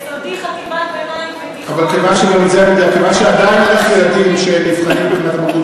אז אחרי שהערת לי במזנון